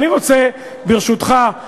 אני רוצה, ברשותך,